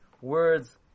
words